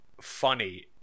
funny